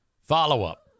Follow-up